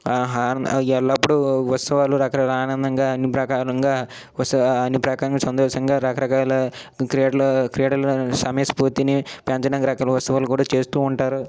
ఎల్లప్పుడూ ఉత్సవాలు రకరకాల ఆనందంగా అన్ని ప్రకారంగా ఉత్సవా అన్ని ప్రకారంగా సంతోషంగా రకరకాల క్రీడలు క్రీడలు సమయస్ఫూర్తిని పెంచడానికి రకరకాల ఉత్సవాలు చేస్తూ ఉంటారు